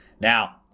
now